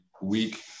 week